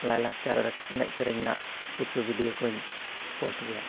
ᱞᱟᱭᱼᱞᱟᱠᱪᱟᱨ ᱮᱱᱮᱡ ᱥᱮᱨᱮᱧ ᱨᱮᱱᱟᱜ ᱠᱤᱪᱷᱩ ᱵᱷᱤᱰᱤᱭᱳ ᱠᱚᱧ ᱯᱳᱥᱴ ᱜᱮᱭᱟ